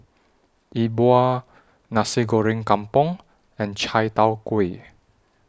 Yi Bua Nasi Goreng Kampung and Chai Tow Kway